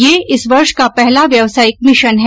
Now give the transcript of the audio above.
यह इस वर्ष का पहला व्यवसायिक मिशन है